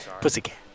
Pussycat